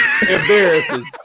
embarrassing